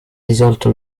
risolto